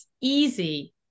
easy